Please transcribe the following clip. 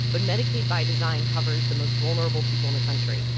but medicaid by design covers the most vulnerable people in the country.